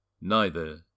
Neither